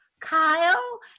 kyle